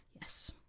Yes